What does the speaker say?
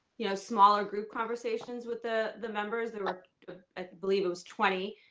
yeah smaller group conversations with the the members that are, i believe it was twenty.